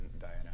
Diana